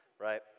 right